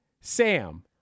Sam